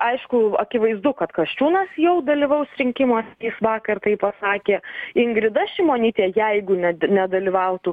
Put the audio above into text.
aišku akivaizdu kad kasčiūnas jau dalyvaus rinkimuose jis vakar taip pasakė ingrida šimonytė jeigu ne nedalyvautų